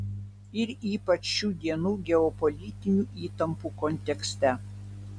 ir ypač šių dienų geopolitinių įtampų kontekste